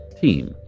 Team